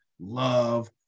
love